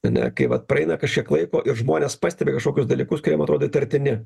ane kai vat praeina kažkiek laiko ir žmonės pastebi kažkokius dalykus kurie jiem atrodo įtartini